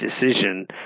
decision